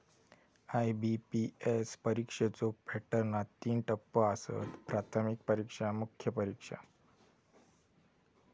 IBPS परीक्षेच्यो पॅटर्नात तीन टप्पो आसत, प्राथमिक परीक्षा, मुख्य परीक्षा